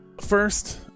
First